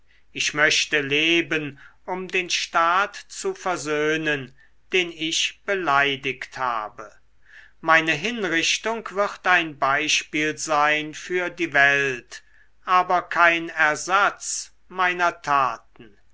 ich möchte leben um den staat zu versöhnen den ich beleidigt habe meine hinrichtung wird ein beispiel sein für die welt aber kein ersatz meiner taten